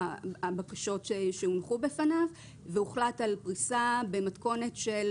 הבקשות שהונחו בפניו והוחלט על פריסה במתכונת לא של